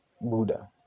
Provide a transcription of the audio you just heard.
Buddha